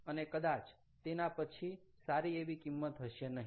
અને કદાચ તેના પછી સારી એવી કિંમત હશે નહીં